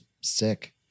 sick